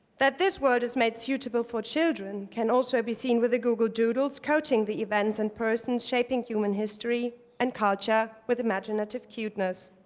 that this world is made suitable for children can also be seen with the google doodles coaching the events and persons shaping human history and culture with imaginative cuteness.